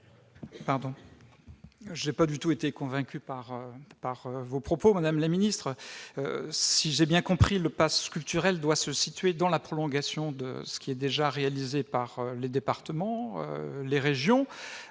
? Je n'ai pas du tout été convaincu par vos propos, madame la ministre. Si j'ai bien compris, le pass culture doit s'inscrire dans le prolongement de ce qu'ont déjà réalisé les départements et les régions.